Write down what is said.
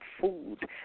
food